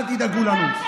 אל תדאגו לנו.